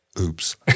Oops